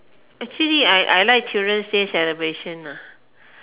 actually I I like children's day celebrations ah